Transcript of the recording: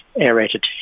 aerated